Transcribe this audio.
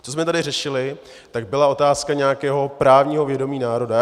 Co jsme tady řešili, byla otázka nějakého právního vědomí národa.